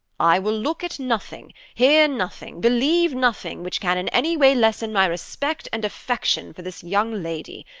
i will look at nothing, hear nothing, believe nothing which can in any way lessen my respect and affection for this young lady.